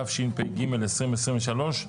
התשפ"ג 2023,